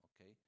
okay